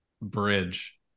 bridge